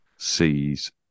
Sees